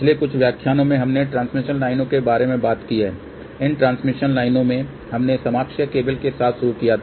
पिछले कुछ व्याख्यानों में हमने ट्रांसमिशन लाइनों के बारे में बात की है इन ट्रांसमिशन लाइनें में हमने समाक्षीय केबल के साथ शुरू किया था